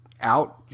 out